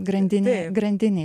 grandinėje grandinėj